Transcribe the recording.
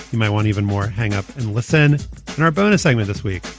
you may want even more. hang up and listen in our bonus segment this week.